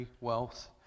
wealth